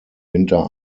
winter